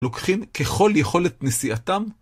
לוקחים ככל יכולת נסיעתם.